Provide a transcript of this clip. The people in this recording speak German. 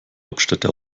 hauptstädte